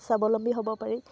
স্বাৱলম্বী হ'ব পাৰি